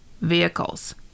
Vehicles